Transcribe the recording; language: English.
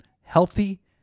healthy